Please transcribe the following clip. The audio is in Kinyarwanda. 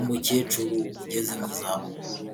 Umukecuru ugeze mu zabukuru